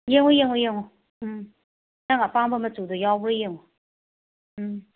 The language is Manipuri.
ꯌꯦꯡꯉꯣ ꯌꯦꯡꯉꯣ ꯌꯦꯡꯉꯣ ꯎꯝ ꯅꯪ ꯑꯄꯥꯝꯕ ꯃꯆꯨꯗꯣ ꯌꯥꯎꯕ꯭ꯔ ꯌꯦꯡꯉꯣ ꯎꯝ